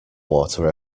water